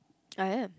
I am